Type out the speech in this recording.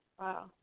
Wow